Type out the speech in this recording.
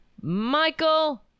Michael